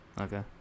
okay